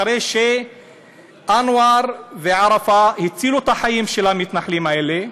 אחרי שאנואר וערפה הצילו את החיים של המתנחלים האלה,